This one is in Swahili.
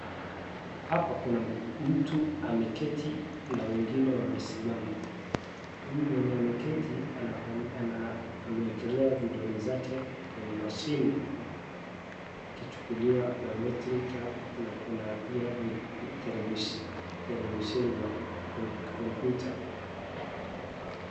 Hapa kuna mtu ameketi na wengine wamesimama. Huyu mwenye ameketi amewekelea vidole zake kwenye mashini akichukuliwa biometric hapo, na kuna pia ma televisheni ma kompyuta.